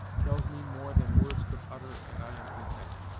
tells me more than words could utter, and i am content.